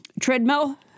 treadmill